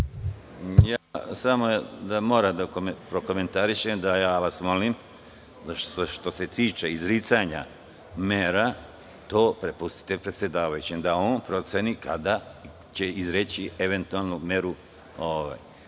Arsenović** Moram da prokomentarišem da vas molim da što se tiče izricanja mera to prepustite predsedavajućem, da on proceni kada će izreći eventualnu meru.